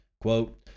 Quote